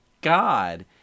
God